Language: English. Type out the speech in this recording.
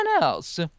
else